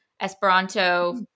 Esperanto